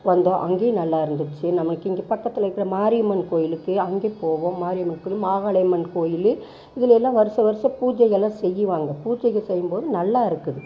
வந்தோம் அங்கேயும் நல்லா இருந்துச்சு நமக்கு இங்கே பக்கத்தில் இருக்கிற மாரியம்மன் கோயிலுக்கு அங்கேயும் போவோம் மாரியம்மன் கோயில் மாகாளியம்மன் கோயில் இது எல்லாம் வருஷம் வருஷம் பூஜை எல்லாம் செய்யுவாங்க பூஜைகள் செய்யும் போது நல்லா இருக்குது